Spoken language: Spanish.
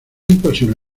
imposible